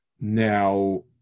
Now